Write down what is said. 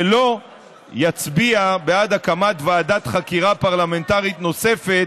ולא יצביע בעד הקמת ועדת חקירה פרלמנטרית נוספת,